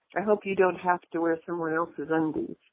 i hope you don't have to wear someone else's undies.